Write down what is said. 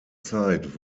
zeit